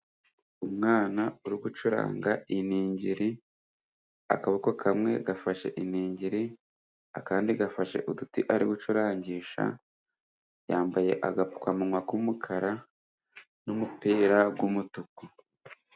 Umwana uri gucuranga iningiri akaboko kamwe gafashe iningiri akandi gafashe uduti ari gucurangisha. Yambaye agapfukanwa k'umukara n'umupira w'umutuku.